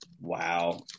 Wow